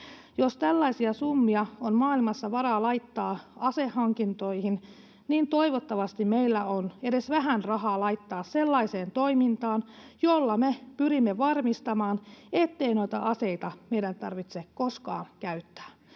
Jos tällaisia summia on maailmassa varaa laittaa asehankintoihin, niin toivottavasti meillä on edes vähän rahaa laittaa sellaiseen toimintaan, jolla me pyrimme varmistamaan, ettei noita aseita meidän tarvitse koskaan käyttää.